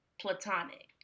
platonic